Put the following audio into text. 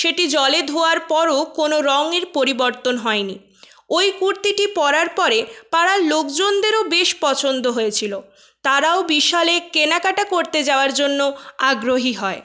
সেটি জলে ধোয়ার পরও কোনো রঙের পরিবর্তন হয়নি ওই কুর্তিটি পরার পরে পাড়ার লোকজনদেরও বেশ পছন্দ হয়েছিল তারাও বিশালে কেনাকাটা করতে যাওয়ার জন্য আগ্রহী হয়